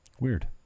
Weird